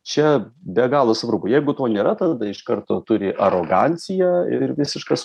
čia be galo svarbu jeigu to nėra tada iš karto turi arogancija ir visiškas